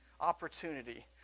opportunity